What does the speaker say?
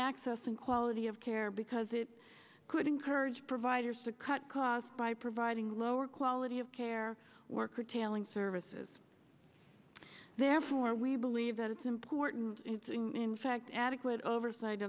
ccessing quality of care because it could encourage providers to cut costs by providing lower quality of care worker tailing services therefore we believe that it's important in fact adequate oversight